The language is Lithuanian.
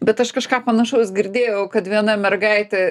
bet aš kažką panašaus girdėjau kad viena mergaitė